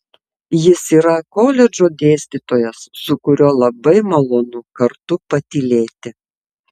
jis yra koledžo dėstytojas su kuriuo labai malonu kartu patylėti